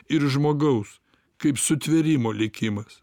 ir žmogaus kaip sutvėrimo likimas